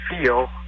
feel